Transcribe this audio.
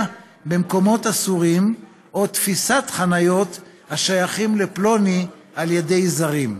במקומות אסורים או תפיסת חניות השייכות לפלוני על ידי זרים.